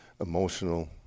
emotional